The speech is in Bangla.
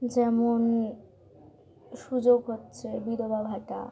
যেমন সুযোগ হচ্ছে বিধবা ভাতা